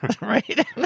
Right